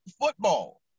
football